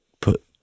put